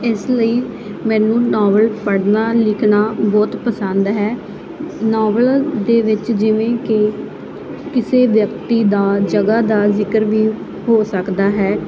ਇਸ ਲਈ ਮੈਨੂੰ ਨਾਵਲ ਪੜ੍ਹਨਾ ਲਿਖਣਾ ਬਹੁਤ ਪਸੰਦ ਹੈ ਨਾਵਲ ਦੇ ਵਿੱਚ ਜਿਵੇਂ ਕਿ ਕਿਸੇ ਵਿਅਕਤੀ ਦਾ ਜਗ੍ਹਾ ਦਾ ਜ਼ਿਕਰ ਵੀ ਹੋ ਸਕਦਾ ਹੈ